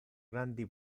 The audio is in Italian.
grandi